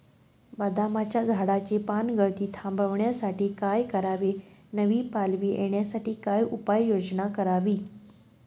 बदामाच्या झाडाची पानगळती थांबवण्यासाठी काय करावे? नवी पालवी येण्यासाठी काय उपाययोजना करावी?